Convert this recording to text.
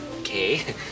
okay